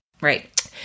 Right